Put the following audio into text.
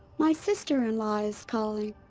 my sister-in-law is calling.